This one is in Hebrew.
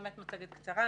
זו באמת מצגת קצרה.